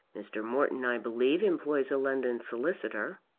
mr. morton, i believe, employs a london solicitor.